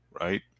right